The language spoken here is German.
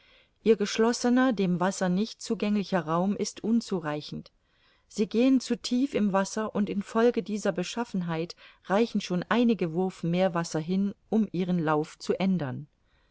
ihr geschlossener dem wasser nicht zugänglicher raum ist unzureichend sie gehen zu tief im wasser und in folge dieser beschaffenheit reichen schon einige wurf meerwasser hin um ihren lauf zu ändern